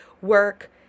work